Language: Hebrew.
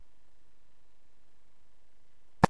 בסדר.